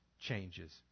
changes